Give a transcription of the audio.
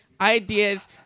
ideas